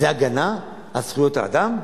זה הגנה על זכויות האדם?